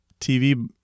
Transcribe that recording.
TV